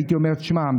הייתי אומר: תשמע,